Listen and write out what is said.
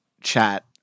chat